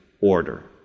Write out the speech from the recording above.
order